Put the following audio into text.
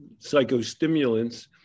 psychostimulants